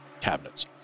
cabinets